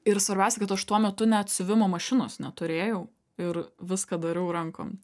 ir svarbiausia kad aš tuo metu net siuvimo mašinos neturėjau ir viską darau rankom